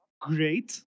great